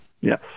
Yes